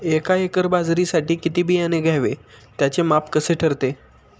एका एकर बाजरीसाठी किती बियाणे घ्यावे? त्याचे माप कसे ठरते?